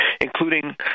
including